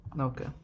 Okay